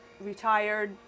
retired